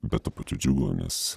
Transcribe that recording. bet tuo pačiu džiugu nes